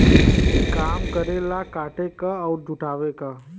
काम करेला काटे क अउर जुटावे क